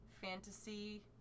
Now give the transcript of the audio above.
fantasy